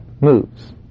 moves